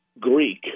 Greek